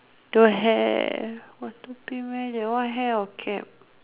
don't have that one hair or cap